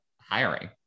hiring